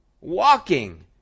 walking